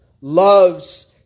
loves